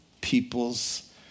people's